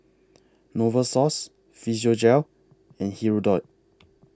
Novosource Physiogel and Hirudoid